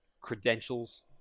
credentials